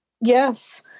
Yes